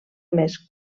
més